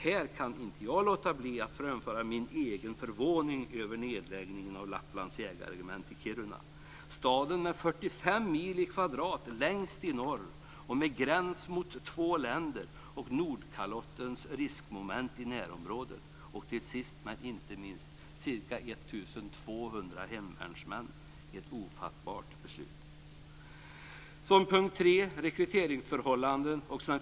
Här kan jag inte låta bli att framföra min egen förvåning över nedläggningen av Lapplands jägarregemente i Kiruna - Kiruna, som omfattar 45 mil i kvadrat längst i norr och med gräns mot två länder i Nordkalottens riskmoment i närområdet, och sist men inte minst: 1 200 hemvärnsmän. Det är ett ofattbart beslut.